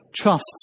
trusts